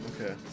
Okay